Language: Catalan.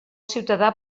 ciutadà